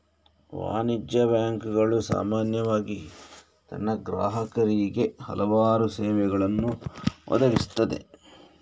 ವಾಣಿಜ್ಯ ಬ್ಯಾಂಕುಗಳು ಸಾಮಾನ್ಯವಾಗಿ ತನ್ನ ಗ್ರಾಹಕರಿಗೆ ಹಲವಾರು ಸೇವೆಗಳನ್ನು ಒದಗಿಸುತ್ತವೆ